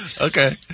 Okay